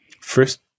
First